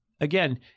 again